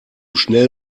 schnell